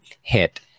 hit